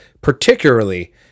particularly